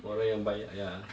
orang yang bayar ya